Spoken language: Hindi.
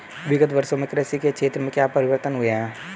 विगत वर्षों में कृषि के क्षेत्र में क्या परिवर्तन हुए हैं?